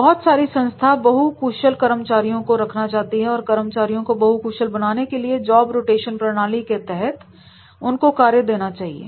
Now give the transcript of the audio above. बहुत सारी संस्थाएं बहु कुशल कर्मचारियों को रखना चाहती हैं और कर्मचारियों को बहू कुशल बनाने के लिए जॉब रोटेशन प्रणाली के तहत उनको कार्य देना चाहिए